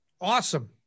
Awesome